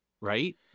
Right